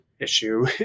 issue